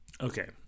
Okay